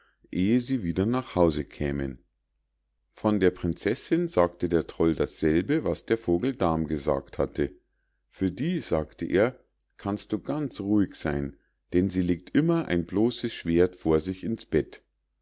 ehe sie wieder nach hause kämen von der prinzessinn sagte der troll dasselbe was der vogel dam gesagt hatte für die sagte er kannst du ganz ruhig sein denn sie legt immer ein bloßes schwert vor sich ins bett